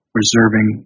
reserving